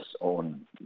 own